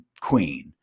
queen